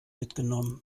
mitgenommen